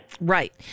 Right